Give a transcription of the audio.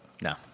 No